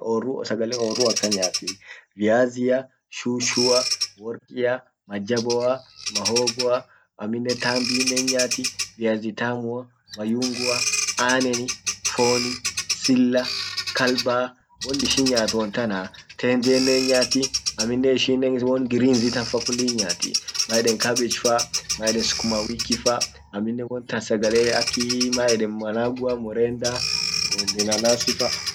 orru sagale orrua akan nyaati., viazia shushua, workia, majaboa, mahogo amminen tambinen hinyaati .viazi tamua, mayungua aneni foni, silla, kalba won ishin nyaat wontana. Tendenen hinyaati, amminen ishin won greens tanfa kulli hinyaati maeden cabbage fa, maeden sukuma wikifa, amminen wontan sagale aki maeden manavua, mrenda mananasifa.